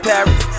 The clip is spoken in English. Paris